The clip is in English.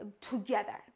together